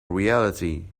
reality